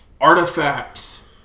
Artifacts